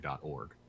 org